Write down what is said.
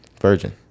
Virgin